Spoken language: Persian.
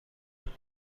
کنید